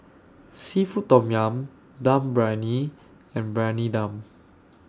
Seafood Tom Yum Dum Briyani and Briyani Dum